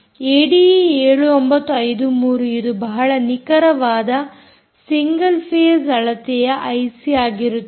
ಏಡಿಈ7953 ಇದು ಬಹಳ ನಿಖರವಾದ ಸಿಂಗಲ್ ಫೇಸ್ ಅಳತೆಯ ಐಸಿ ಆಗಿರುತ್ತದೆ